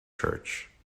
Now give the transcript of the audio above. church